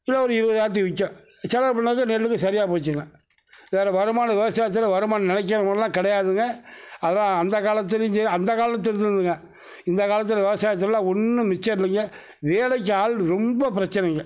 kilo ஒரு இருவதாயிரத்துக்கு விற்கும் செலவு பண்ணது நெல்லுக்கு சரியாக போச்சுங்க வேற வருமானம் விவசாயத்துல வருமானம் நினைக்கிற மாரிலாம் கிடையாதுங்க அதலாம் அந்த காலத்துலேயும் சேரி அந்த காலத்தில் இருந்ததுங்க இந்த காலத்தில் விவசாயத்லலாம் ஒன்றும் மிச்சம் இல்லைங்க வேலைக்கி ஆள் ரொம்ப பிரச்சனைங்க